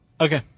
Okay